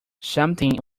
something